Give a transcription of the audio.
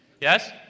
Yes